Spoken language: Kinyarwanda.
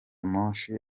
moshi